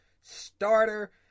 starter